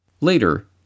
Later